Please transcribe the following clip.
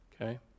Okay